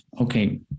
okay